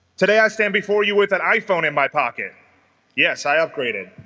today i stand before you with an iphone in my pocket yes i upgraded